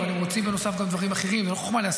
הם באו אליי, הם אמרו שהם מסכימים.